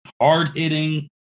hard-hitting